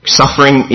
suffering